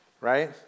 right